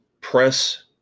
press